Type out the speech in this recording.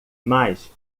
mas